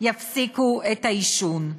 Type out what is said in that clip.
יפסיקו את העישון.